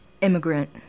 Immigrant